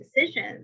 decisions